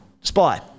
Spy